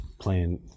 playing